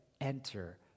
enter